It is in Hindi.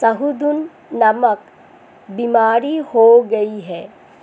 शहदूत नामक बीमारी हो गई है